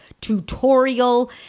tutorial